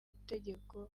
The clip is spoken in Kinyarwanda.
itegeko